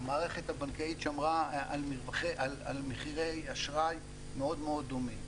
המערכת הבנקאית שמרה על מחירי אשראי מאוד דומה.